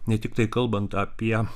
ne tiktai kalbant apie